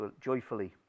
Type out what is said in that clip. joyfully